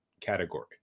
category